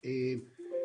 על איזה נושא בקרה מדובר?